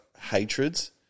hatreds